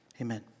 Amen